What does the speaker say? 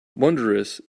wondrous